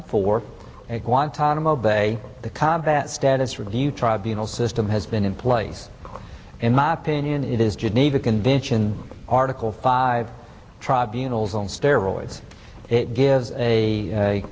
and four guantanamo bay the combat status review tribunal system has been in place in my opinion it is geneva convention article five tribunals on steroids it gives a